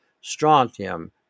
Strontium